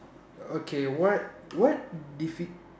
okay what what defeat